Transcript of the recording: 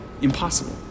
impossible